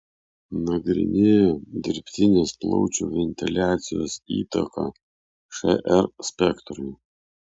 nagrinėjo dirbtinės plaučių ventiliacijos įtaką šr spektrui